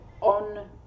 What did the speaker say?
on